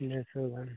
ᱤᱱᱟᱹ ᱦᱤᱥᱟᱹᱵ ᱜᱟᱱ